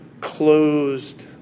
closed